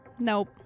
Nope